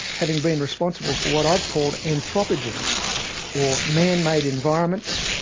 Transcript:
having been responsible for what i've called anthropogens or man-made environments,